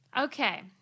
okay